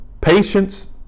patience